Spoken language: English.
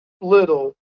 little